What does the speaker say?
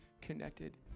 connected